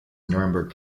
nuremberg